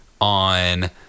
on